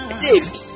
saved